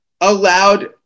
allowed